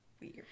weird